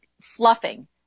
fluffing